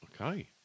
Okay